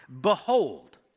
behold